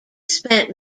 spent